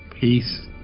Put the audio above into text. Peace